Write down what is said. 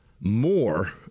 more